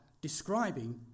describing